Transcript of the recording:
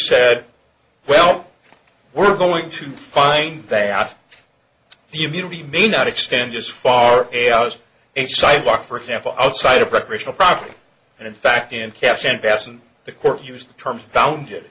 said well we're going to find that the immunity may not extend this far as a sidewalk for example outside of recreational property and in fact in cash and absent the court used the term founded